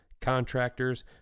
contractors